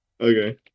Okay